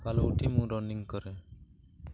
ସକାଳୁ ଉଠି ମୁଁ ରନିଂ କରେ